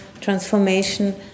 transformation